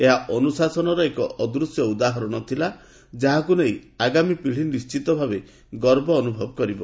ଏହା ଅନୁଶାସନର ଏକ ଅଦୂଶ୍ୟ ଉଦାହରଣ ଥିଲା ଯାହାକୁ ନେଇ ଆଗାମୀ ପିଢ଼ି ନିଣ୍ଢିତ ଭାବେ ଗର୍ବ ଅନୁଭବ କରିବ